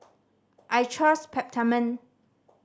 I trust Peptamen